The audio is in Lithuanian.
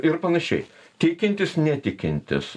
ir panašiai tikintis netikintis